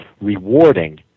rewarding